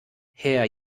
herr